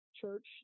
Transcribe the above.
church